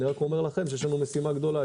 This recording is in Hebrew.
אני רק אומר לכם ששיש לנו משימה גדולה.